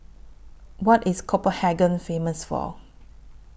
What IS Copenhagen Famous For